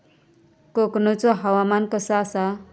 कोकनचो हवामान कसा आसा?